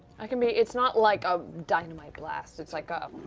i mean it's not like a dynamite blast, it's like a